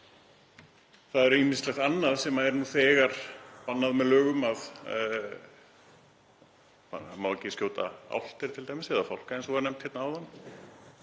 Það er ýmislegt annað sem er nú þegar bannað með lögum, það má ekki skjóta álftir t.d. eða fálka, eins og var nefnt hérna áðan.